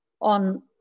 on